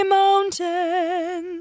mountain